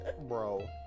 Bro